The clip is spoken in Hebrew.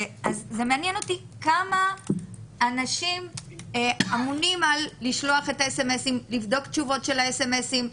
אז מעניין אותי כמה אנשים אמונים על לשלוח את האס.אמ.אסים,